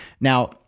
Now